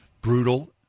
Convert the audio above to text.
brutal